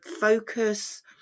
focus